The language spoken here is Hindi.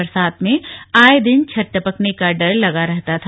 बरसात में आये दिन छत टपकने का डर लग रहता था